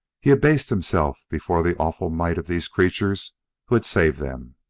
he abased himself before the awful might of these creatures who had saved them.